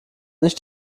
nicht